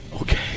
Okay